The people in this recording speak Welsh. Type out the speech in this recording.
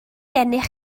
gennych